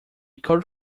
cold